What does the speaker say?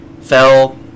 fell